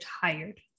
tired